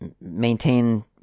maintain